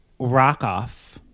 Rockoff